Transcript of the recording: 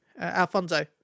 Alfonso